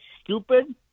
stupid